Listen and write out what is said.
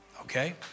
Okay